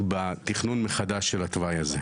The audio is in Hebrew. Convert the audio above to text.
בתכנון מחדש של התוואי הזה.